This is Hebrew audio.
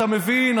אתה מבין,